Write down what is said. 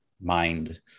mind